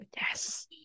yes